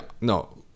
no